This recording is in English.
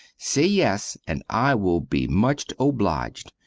say yes and i will be much obliged.